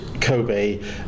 Kobe